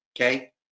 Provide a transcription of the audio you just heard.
Okay